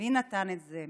מי נתן את זה?